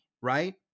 right